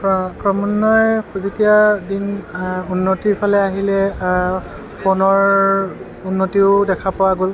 ক্ৰমান্বয়ে যেতিয়া দিন উন্নতিৰ ফালে আহিলে ফোনৰ উন্নতিও দেখা পোৱা গ'ল